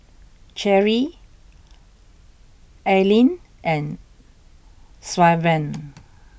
Cherri Aleen and Sylvan